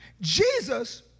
jesus